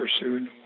pursued